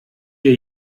hier